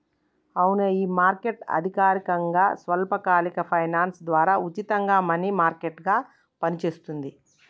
అవునే ఈ మార్కెట్ అధికారకంగా స్వల్పకాలిక ఫైనాన్స్ ద్వారా ఉచితంగా మనీ మార్కెట్ గా పనిచేస్తుంది